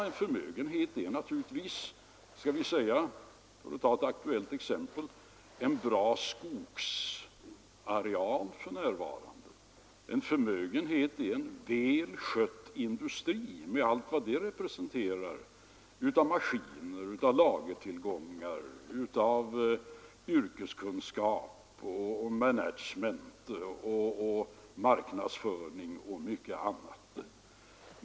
En förmögenhet är naturligtvis, för att ta ett aktuellt exempel, en bra skogsareal. En förmögenhet är även en väl skött industri med allt vad den representerar av maskiner, lagertillgångar, yrkeskunskap, management, marknadsföring och mycket annat.